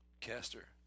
caster